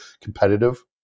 competitive